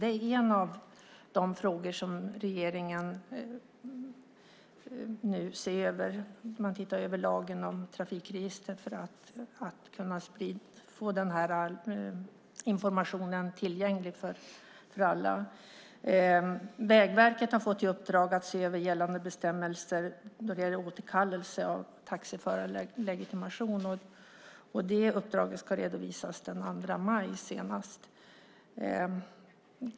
Det är en av de frågor som regeringen nu ser över. Man tittar över lagen om trafikregistret för att kunna få denna information tillgänglig för alla. Vägverket har fått i uppdrag att se över gällande bestämmelser om återkallelse av taxiförarlegitimation. Det uppdraget ska redovisas senast den 2 maj.